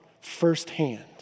firsthand